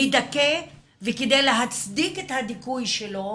מדכא, וכדי להצדיק את הדיכוי שלו